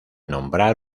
nombrar